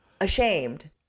ashamed